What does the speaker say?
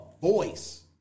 voice